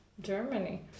Germany